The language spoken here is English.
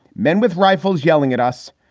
men with rifles yelling at us.